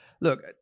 look